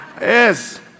Yes